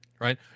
right